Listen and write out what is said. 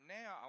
now